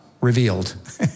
revealed